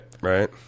right